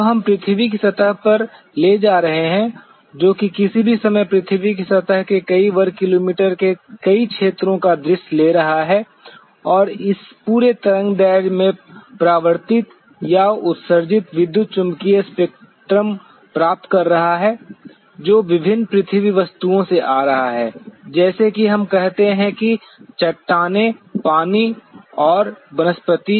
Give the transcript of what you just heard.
जब हम पृथ्वी की सतह को लेते हैं जो किसी भी समय पृथ्वी के सतह के कई वर्ग किलोमीटर के कई क्षेत्रों का दृश्य ले रहा है और इस पूरे तरंग दैर्ध्य में परावर्तित या उत्सर्जित विद्युत चुम्बकीय स्पेक्ट्रम प्राप्त कर रहा है और जो विभिन्न पृथ्वी वस्तुओं से आ रहा है जैसा कि हम कहते हैं कि चट्टानें पानी और वनस्पति